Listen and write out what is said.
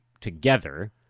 together